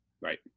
right